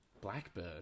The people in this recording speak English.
Blackbird